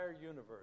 universe